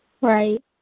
Right